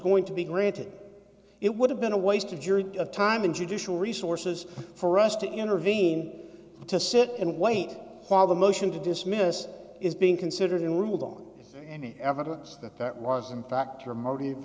going to be granted it would have been a waste of your time and judicial resources for us to intervene to sit and wait while the motion to dismiss is being considered and ruled on any evidence that that was in fact your motive